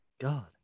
God